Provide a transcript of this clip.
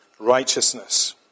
righteousness